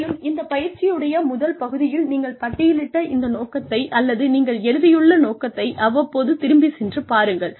மேலும் இந்த பயிற்சியுடைய முதல் பகுதியில் நீங்கள் பட்டியலிட்ட இந்த நோக்கத்தை அல்லது நீங்கள் எழுதியுள்ள நோக்கத்தை அவ்வப்போது திரும்பிச் சென்று பாருங்கள்